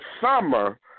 summer